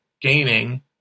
gaining